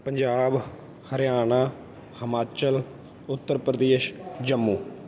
Punjab Haryana Himachal Uttar Pradesh Jammu